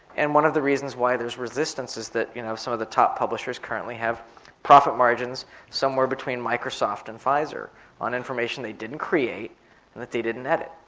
and one of the reasons why there's resistance is that you know some of the top publishers currently have profit margins somewhere between microsoft and pfizer on information that they didn't create and that they didn't edit.